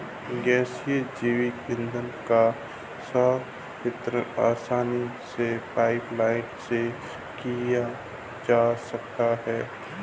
गैसीय जैव ईंधन का सर्वत्र वितरण आसानी से पाइपलाईन से किया जा सकता है